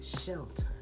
shelter